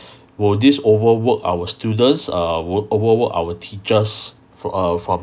will this overwork our students err w~ overwork our teachers for err from